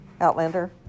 Outlander